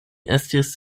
estis